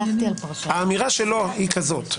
האמירה שלו היא כזאת,